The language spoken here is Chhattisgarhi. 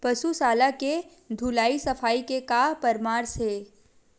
पशु शाला के धुलाई सफाई के का परामर्श हे?